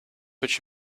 which